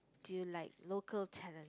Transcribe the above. do you like local talent